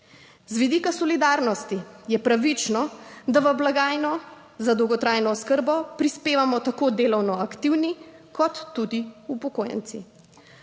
Z vidika solidarnosti je pravično, da v blagajno za dolgotrajno oskrbo prispevamo tako delovno aktivni kot tudi upokojenci.